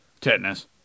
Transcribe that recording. Tetanus